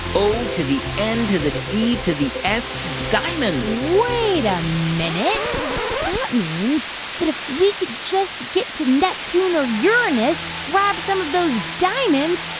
o to the n to the d to the s diamonds wait a minute. that means that if we could just get to neptune or uranus to grab some of those diamonds,